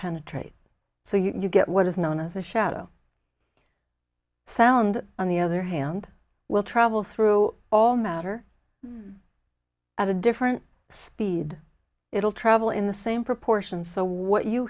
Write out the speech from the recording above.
penetrate so you get what is known as a shadow sound on the other hand will travel through all matter at a different speed it will travel in the same proportion so what you